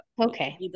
okay